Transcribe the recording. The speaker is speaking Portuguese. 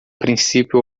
princípio